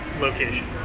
location